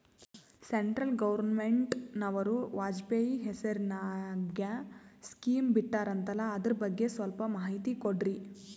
Central ಗವರ್ನಮೆಂಟನವರು ವಾಜಪೇಯಿ ಹೇಸಿರಿನಾಗ್ಯಾ scheme ಬಿಟ್ಟಾರಂತಲ್ಲ ಅದರ ಬಗ್ಗೆ ಸ್ವಲ್ಪ ಮಾಹಿತಿ ಕೊಡ್ರಿ?